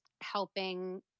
helping